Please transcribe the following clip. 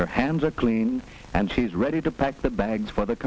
her hands are clean and she's ready to pack the bags for the